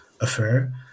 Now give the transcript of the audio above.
affair